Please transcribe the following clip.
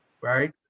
right